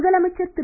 முதலமைச்சர் திரு